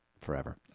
forever